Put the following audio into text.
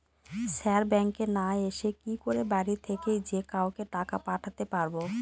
Sir ব্যাঙ্কে না এসে কি করে বাড়ি থেকেই যে কাউকে টাকা পাঠাতে পারবো?